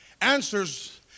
answers